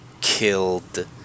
killed